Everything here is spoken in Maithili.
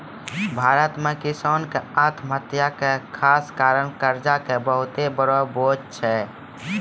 भारत मॅ किसान के आत्महत्या के खास कारण कर्जा के बहुत बड़ो बोझ छै